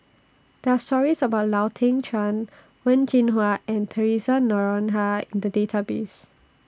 There Are stories about Lau Teng Chuan Wen Jinhua and Theresa Noronha in The Database